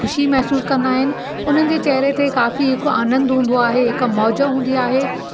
ख़ुशी महिसूसु कंदा आहिनि उन्हनि जे चहिरे ते काफ़ी हिकु आनंदु हूंदो आहे हिकु मौज हूंदी आहे